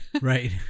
Right